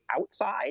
outside